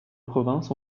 province